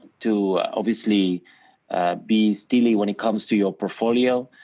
to obviously be steely when it comes to your portfolio,